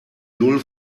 null